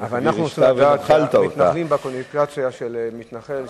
אבל אנחנו רוצים לדעת על מתנחלים בקונוטציה של מתנחל.